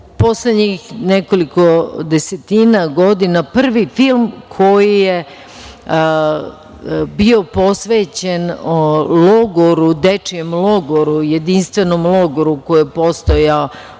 poslednjih nekoliko desetina godina prvi film koji je bio posvećen logoru, dečijem logoru, jedinstvenom logoru koji je postojao